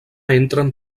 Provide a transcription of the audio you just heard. entren